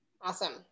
Awesome